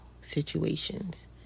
situations